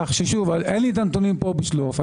אין לי את הנתונים פה בשלוף.